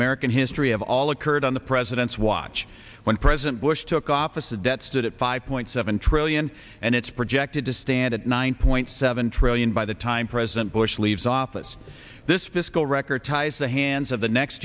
american history of all occurred on the president's watch when president bush took office the debt stood at five point seven trillion and it's projected to stand at nine point seven trillion by the time president bush leaves office this fiscal record ties the hands of the next